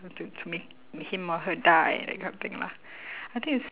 to to make him or her die that kind of thing lah I think it's